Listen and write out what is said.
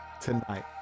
tonight